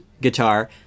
guitar